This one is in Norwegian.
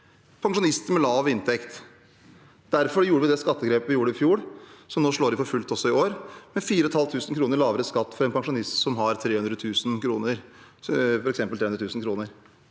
pensjonister med lav inntekt. Derfor gjorde vi det skattegrepet i fjor, som slår inn for fullt nå i år, med 4 500 kr i lavere skatt for en pensjonist som har f.eks.